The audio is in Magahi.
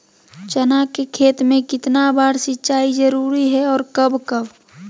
चना के खेत में कितना बार सिंचाई जरुरी है और कब कब?